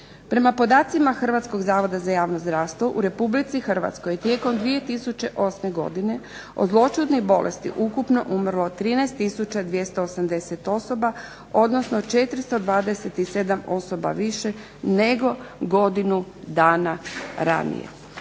Prema podacima Hrvatskog zavoda za javno zdravstvo u Republici Hrvatskoj tijekom 2008. godine od zloćudnih bolesti ukupno umrlo 13280 osoba, odnosno 427 osoba više nego godinu dana ranije.